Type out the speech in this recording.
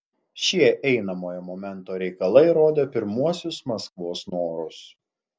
šie einamojo momento reikalai rodė pirmuosius maskvos norus